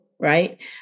right